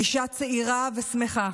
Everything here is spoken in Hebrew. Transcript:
אישה צעירה ושמחה.